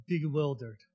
bewildered